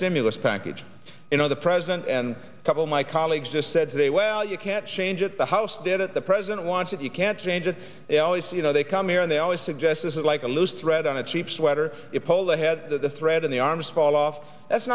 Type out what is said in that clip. stimulus package you know the president and a couple of my colleagues just said today well you can't change it the house did it the president wants it you can't change it it always you know they come here and they always suggest this is like a loose thread on a cheap sweater it pulled ahead the threat of the arms fall off that's